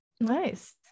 nice